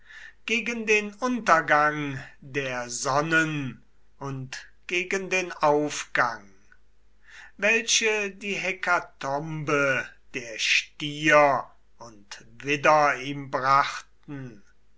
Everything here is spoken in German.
gegen den untergang der sonnen und gegen den aufgang welche die hekatombe der stier und widder ihm brachten